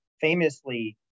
famously